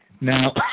Now